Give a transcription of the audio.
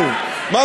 היום,